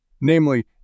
namely